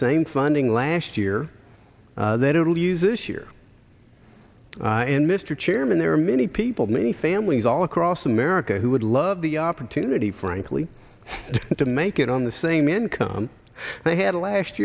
same funding last year that it will use this year and mr chairman there are many people many families all across america who would love the opportunity frankly to make it on the same income they had last